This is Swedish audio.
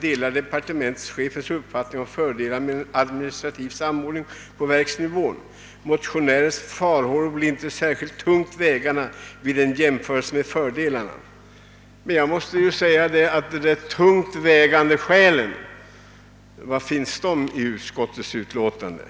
delar departementschefens uppfattning om fördelarna med administrativ samordning på verksnivån. Motionärens farhågor blir inte särskilt tungt vägande vid en jämförelse med fördelarna. Men var finns de tungt vägande skälen i utskottets utlåtande?